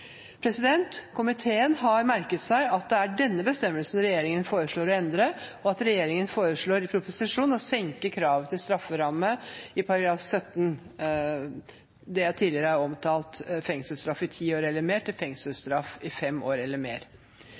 Komiteen har merket seg at det er denne bestemmelsen regjeringen foreslår å endre, og at regjeringen foreslår i proposisjonen å senke kravet til strafferamme i § 17, som jeg tidligere har omtalt, fra «fengselsstraff i ti år eller mer» til «fengselsstraff i fem år eller mer».